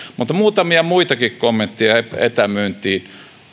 mutta muutamia muitakin kommentteja etämyyntiin